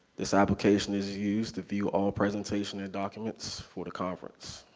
this application is used to view all presentation and documents for the conference.